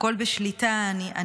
הכול בשליטה, אני